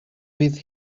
fydd